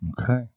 Okay